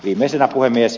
viimeisenä puhemies